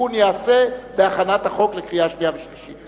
התיקון ייעשה בהכנת החוק לקריאה שנייה ולקריאה שלישית.